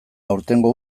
aurtengo